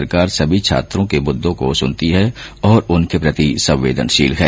सरकार सभी छात्रों के मुद्दों को सुनती है और उनके प्रति संवेदनशील है